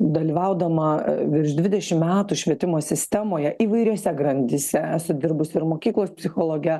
dalyvaudama virš dvidešimt metų švietimo sistemoje įvairiose grandyse esu dirbusi ir mokyklos psichologe